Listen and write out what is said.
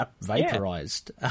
vaporized